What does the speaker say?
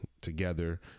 together